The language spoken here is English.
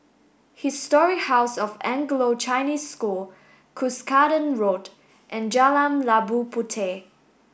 Historic House of Anglo Chinese School Cuscaden Road and Jalan Labu Puteh